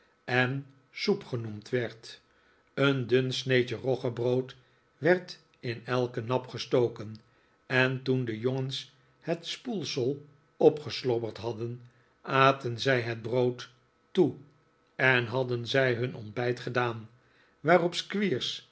en soep genoemd werd een dun sneetje roggebrood werd in elken nap gestoken en toen de jongens het spoelsel opgeslobberd hadden aten zij het brood toe en hadden zij hun ontbijt gedaan waarop